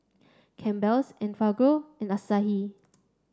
Campbell's Enfagrow and Asahi